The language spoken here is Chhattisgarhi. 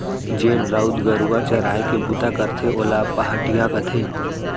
जेन राउत गरूवा चराय के बूता करथे ओला पहाटिया कथें